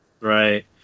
Right